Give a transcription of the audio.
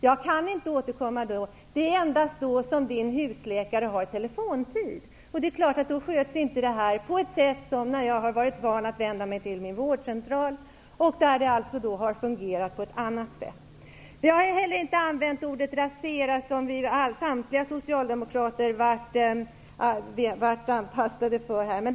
Jag sade att jag inte kunde återkomma då, och jag fick till svar att det var endast då som min husläkare hade telefontid. Detta sköts alltså på ett annat sätt än vad jag har varit van vid när jag har vänt mig till min vårdcentral. Vi har inte använt ordet ''rasera'', som samtliga socialdemokrater anklagades för.